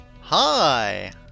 Hi